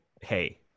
Hey